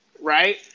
right